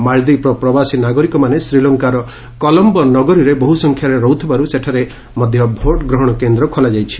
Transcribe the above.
ମାଳଦ୍ୱୀପର ପ୍ରବାସୀ ନାଗରିକମାନେ ଶ୍ରୀଲଙ୍କାର କଲମ୍ବୋ ନଗରୀରେ ବହୁ ସଂଖ୍ୟାରେ ରହୁଥିବାରୁ ସେଠାରେ ମଧ୍ୟ ଭୋଟ୍ଗ୍ରହଣ କେନ୍ଦ୍ର ଖୋଲାଯାଇଛି